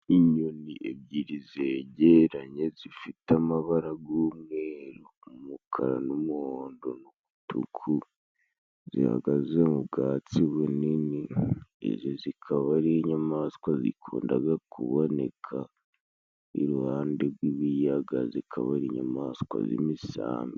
Inyoni ebyiri zegeranye zifite amabara g'umweru, umukara n'umuhondo, n'umutuku, zihagaze mu bwatsi bunini izi zikaba ari inyamaswa zikundaga kuboneka, iruhande rw'ibiyaga zikaba inyamaswa z'imisambi.